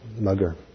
mugger